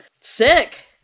sick